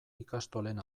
ikastolen